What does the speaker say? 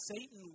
Satan